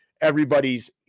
everybody's